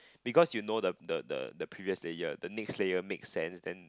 because you know the the the previous layer the next layer makes sense then